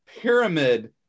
pyramid